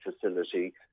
facility